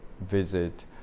visit